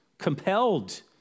compelled